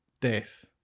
death